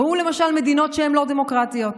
ראו למשל מדינות שהן לא דמוקרטיות,